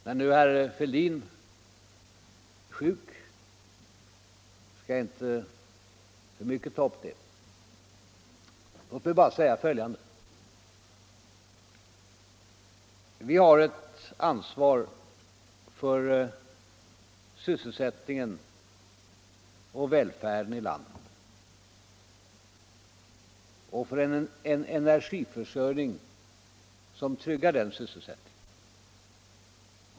Men när nu herr Fälldin är sjuk skall jag inte för mycket gå in på denna fråga. Låt mig bara säga följande. Vi har ett ansvar för sysselsättningen och välfärden i landet och för en energiförsörjning som tryggar denna sysselsättning.